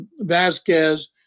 Vasquez